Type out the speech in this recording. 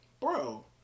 Bro